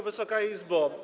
Wysoka Izbo!